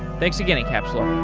thanks again, incapsula